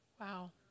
Wow